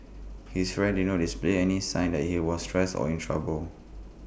his friend did not display any signs that he was stressed or in trouble